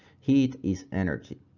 heat is energy.